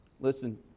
Listen